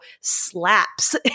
slaps